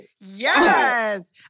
Yes